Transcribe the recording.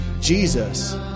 Jesus